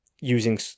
using